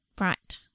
Right